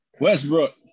Westbrook